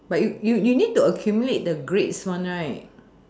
but you you need to accumulate the grades one right